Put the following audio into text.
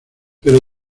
pero